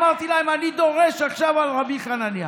אמרתי להם: אני דורש עכשיו על רבי חנניה.